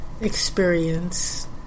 experience